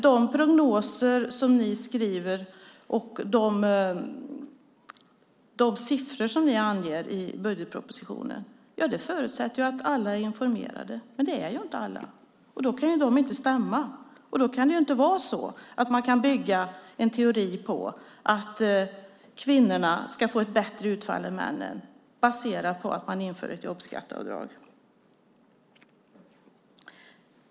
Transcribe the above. De prognoser som ni skriver och de siffror som ni anger i budgetpropositionen förutsätter alltså att alla är informerade, men det är inte alla. Då kan de inte stämma, och då kan man inte bygga en teori på att kvinnorna ska få ett bättre utfall än männen baserat på att man inför ett jobbskatteavdrag.